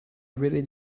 really